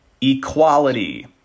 equality